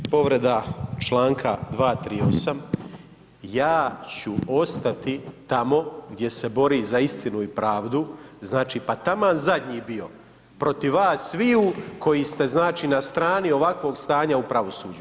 Znači povreda članka 238., ja ću ostati tamo gdje se bori za istinu i pravdu, znači pa taman zadnji bio, protiv vas sviju koji ste znači na strani ovakvog stanja u pravosuđu.